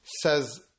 says